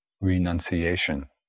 renunciation